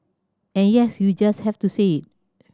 and yes you just have to say it